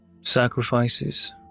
Sacrifices